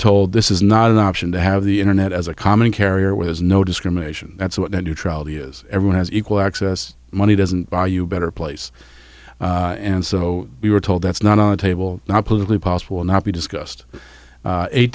told this is not an option to have the internet as a common carrier which is no discrimination that's what neutrality is everyone has equal access to money doesn't buy you a better place and so we were told that's not on the table not politically possible not be discussed eight